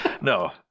No